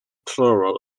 plural